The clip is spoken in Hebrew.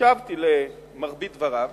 והקשבתי למרבית דבריו,